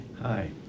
Hi